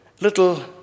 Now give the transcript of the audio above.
little